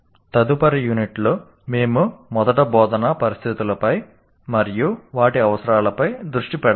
తదుపరి యూనిట్లో మేము మొదట బోధనా పరిస్థితులపై మరియు వాటి అవసరాలపై దృష్టి పెడతాము